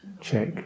check